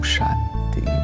Shanti